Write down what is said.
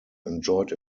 enjoyed